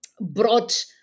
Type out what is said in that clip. brought